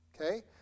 Okay